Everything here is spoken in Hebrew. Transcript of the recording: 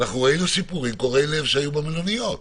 ראינו סיפורים קורעי לב שהיו במלוניות.